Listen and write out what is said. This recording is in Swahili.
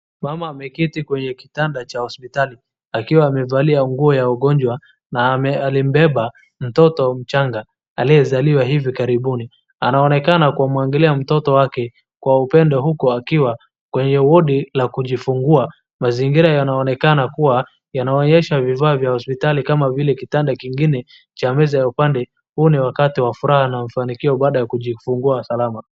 Mama ameketi kwenye kitanda cha hospitali, akiwa amevalia nguo ya wagonjwa, na alimbeba mtoto mchanga aliyezaliwa hivi karibuni. Anaonekana kumwangalia mtoto wake kwa upendo huku akiwa kwenye wodi la kujifungua. Mazingira yanaonekana kuwa yanaonyesha vifaa vya hospitali kama vile kitanda kingine cha meza ya upande, huu ni wakati wa furaha na mafanikio baada ya kujifungua salama.